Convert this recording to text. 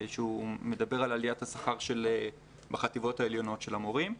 שהוא מדבר על עליית השכר בחטיבות העליונות של המורים.